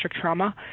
trauma